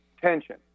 tension